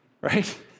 right